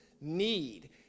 need